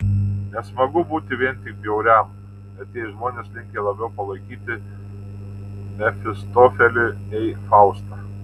nesmagu būti vien tik bjauriam net jei žmonės linkę labiau palaikyti mefistofelį nei faustą